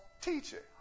teacher